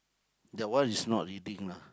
that one is not reading lah